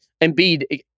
Embiid